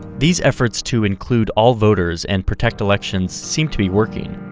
these efforts to include all voters and protect elections seem to be working.